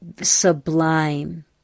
sublime